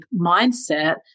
mindset